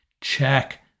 check